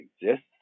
exists